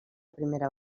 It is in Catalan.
primera